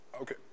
Okay